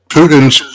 Putin's